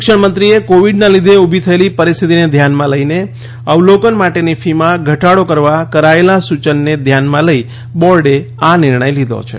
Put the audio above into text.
શિક્ષણમંત્રીએ કોવિડના લીધે ઊભી થયેલી પરિસ્થિતિને ધ્યાનમાં લઈને અવલોકન માટેની ફી માં ઘટાડો કરવા કરાયેલા સૂચનને ધ્યાનમાં લઈ બોર્ડે આ નિર્ણય લીધો હતો